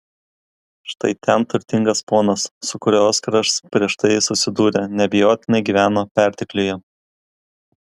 štai ten turtingas ponas su kuriuo oskaras prieš tai susidūrė neabejotinai gyveno pertekliuje